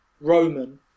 Roman